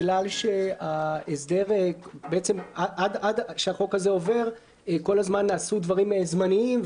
היא שעד שהחוק הזה עובר כל הזמן נעשו דברים זמניים,